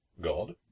God